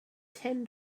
ten